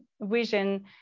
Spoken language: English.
vision